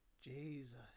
jesus